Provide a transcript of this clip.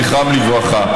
זכרם לברכה.